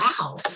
wow